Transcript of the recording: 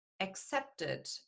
accepted